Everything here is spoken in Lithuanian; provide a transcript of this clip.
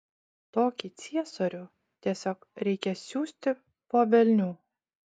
tokį ciesorių tiesiog reikia siųsti po velnių